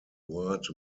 word